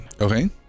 okay